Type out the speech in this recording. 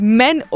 men